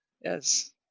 yes